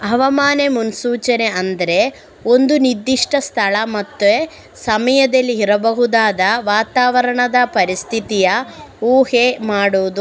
ಹವಾಮಾನ ಮುನ್ಸೂಚನೆ ಅಂದ್ರೆ ಒಂದು ನಿರ್ದಿಷ್ಟ ಸ್ಥಳ ಮತ್ತೆ ಸಮಯದಲ್ಲಿ ಇರಬಹುದಾದ ವಾತಾವರಣದ ಪರಿಸ್ಥಿತಿಯ ಊಹೆ ಮಾಡುದು